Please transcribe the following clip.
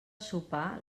sopar